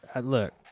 look